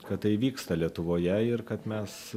kad tai vyksta lietuvoje ir kad mes